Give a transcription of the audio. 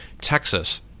Texas